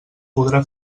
podrà